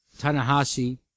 Tanahashi